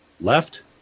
left